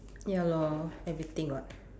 ya lor everything what